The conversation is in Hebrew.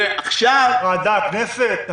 רעדה הכנסת?